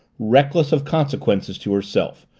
reckless of consequences to herself,